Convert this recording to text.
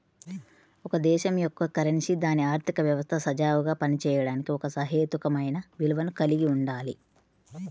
ఒక దేశం యొక్క కరెన్సీ దాని ఆర్థిక వ్యవస్థ సజావుగా పనిచేయడానికి ఒక సహేతుకమైన విలువను కలిగి ఉండాలి